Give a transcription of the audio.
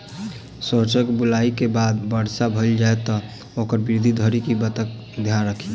सैरसो केँ बुआई केँ बाद वर्षा भऽ जाय तऽ ओकर वृद्धि धरि की बातक ध्यान राखि?